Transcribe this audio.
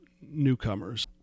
newcomers